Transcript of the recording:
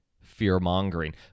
fear-mongering